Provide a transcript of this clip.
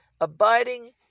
abiding